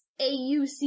AUC